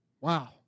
Wow